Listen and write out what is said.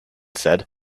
said